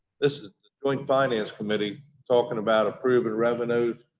this is the joint finance committee talking about approving revenues.